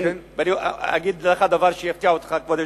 כבוד היושב-ראש, אני אגיד לך דבר שיפתיע אותך.